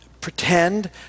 pretend